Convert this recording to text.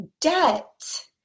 debt